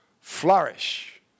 flourish